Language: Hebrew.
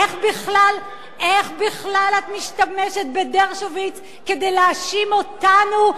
איך בכלל את משתמשת בדרשוביץ כדי להאשים אותנו?